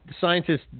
Scientists